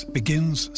begins